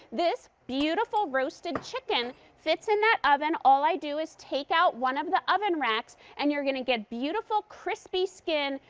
this beautiful roasted chicken fits in that even all i do is take out one of the oven racks and you're going to get beautiful crispy skin,